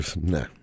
No